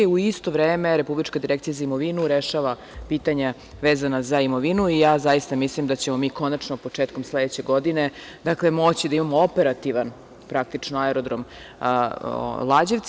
U isto vreme, Republička direkcija za imovinu rešava pitanja vezana za imovinu i zaista mislim da ćemo konačno početkom sledeće godine moći da imamo operativan aerodrom Lađevci.